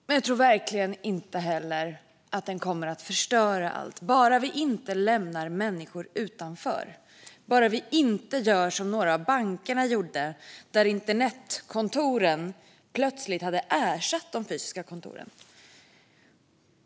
Men jag tror verkligen inte heller att digitaliseringen kommer att förstöra allt, bara vi inte lämnar människor utanför och gör som några av bankerna gjorde - plötsligt hade internetkontoren ersatt de fysiska kontoren.